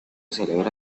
celebra